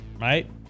right